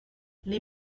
les